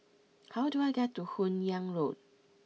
how do I get to Hun Yeang Road